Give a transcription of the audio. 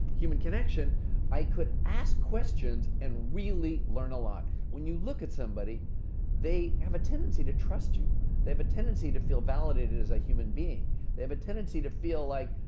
human connection i could ask questions and really learn a lot. when you look at somebody they have a tendency to trust you they have a tendency to feel validated as a human being they have a tendency to feel like,